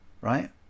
right